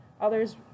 Others